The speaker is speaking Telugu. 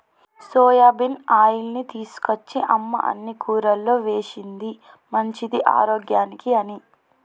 సోయాబీన్ ఆయిల్ని తీసుకొచ్చి అమ్మ అన్ని కూరల్లో వేశింది మంచిది ఆరోగ్యానికి అని